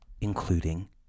including